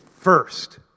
first